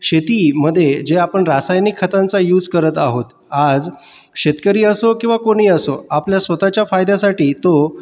शेतीमध्ये जे आपण रासायनिक खतांचा युज करत आहोत आज शेतकरी असो किंवा कोणी असो आपल्या स्वतःच्या फायद्यासाठी तो